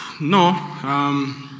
No